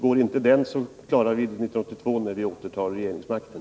Går inte den, så klarar vi det 1982 när vi återtar regeringsmakten.